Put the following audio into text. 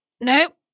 Nope